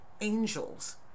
angels